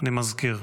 אני מזכיר.